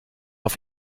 auf